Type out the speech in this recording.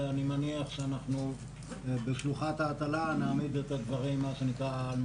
ואני מניח שאנחנו בשלוחת ההטלה נעמיד את הדברים על מקומם.